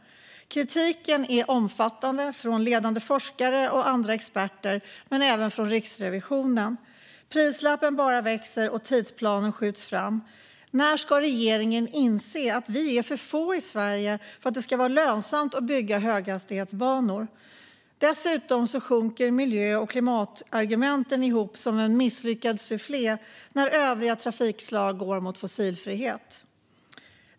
Kritiken är omfattande, från ledande forskare och andra experter men även från Riksrevisionen. Prislappen bara växer, och tidsplanen skjuts fram. När ska regeringen inse att vi är för få i Sverige för att det ska vara lönsamt att bygga höghastighetsbanor? Dessutom sjunker ju miljö och klimatargumenten ihop som en misslyckad sufflé när övriga trafikslag går mot fossilfrihet.